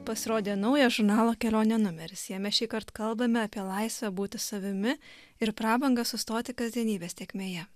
pasirodė naujas žurnalo kelionė numeris jame šįkart kalbame apie laisvę būti savimi ir prabangą sustoti kasdienybės tėkmėje